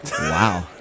Wow